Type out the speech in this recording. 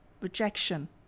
rejection